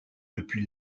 depuis